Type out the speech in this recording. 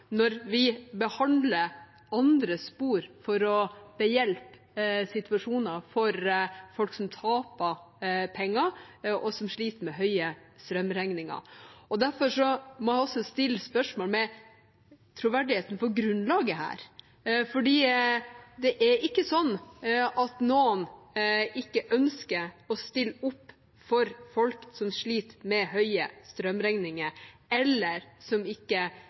når vi behandler andre spor for å avhjelpe situasjonen for folk som taper penger, og som sliter med høye strømregninger. Derfor må jeg også stille spørsmål ved troverdigheten for grunnlaget her, for det er ikke sånn at noen ikke ønsker å stille opp for folk som sliter med høye strømregninger, eller som ikke